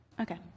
okay